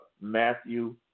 Matthew